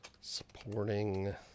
supporting